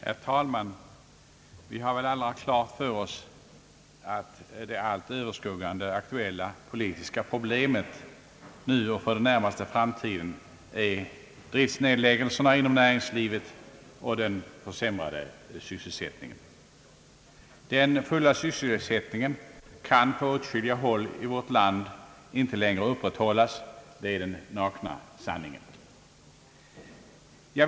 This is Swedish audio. Herr talman! Vi har väl alla klart för oss att det allt överskuggande aktuella politiska problemet nu och för den närmaste framtiden är driftsnedläggelserna inom näringslivet och den försämrade sysselsättningen. Den fulla sysselsättningen kan på åtskilliga håll i vårt land inte längre upprätthållas, det är den nakna sanningen.